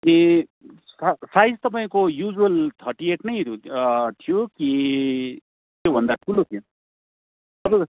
ए सा साइज तपाईँको usual thirty eight नै थियो कि त्योभन्दा ठुलो थियो तपाईँको